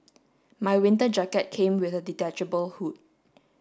my winter jacket came with a detachable hood